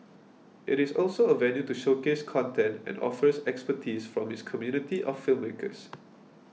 it is also a venue to showcase content and offers expertise from its community of filmmakers